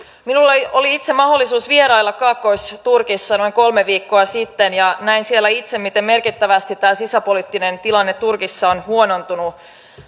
minulla itselläni oli mahdollisuus vierailla kaakkois turkissa noin kolme viikkoa sitten ja näin siellä itse miten merkittävästi tämä sisäpoliittinen tilanne turkissa on huonontunut